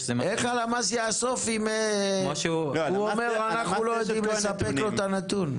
איך הלמ"ס יאסוף אם אנחנו לא יודעים לספק לו את הנתון?